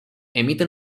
emiten